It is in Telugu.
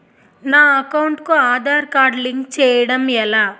నా అకౌంట్ కు ఆధార్ కార్డ్ లింక్ చేయడం ఎలా?